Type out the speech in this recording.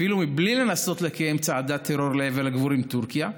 אפילו מבלי לנסות לקיים צעדת טרור לעבר הגבול עם טורקיה,